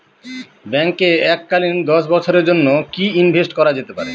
ব্যাঙ্কে এককালীন দশ বছরের জন্য কি ইনভেস্ট করা যেতে পারে?